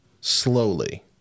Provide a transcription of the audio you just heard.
slowly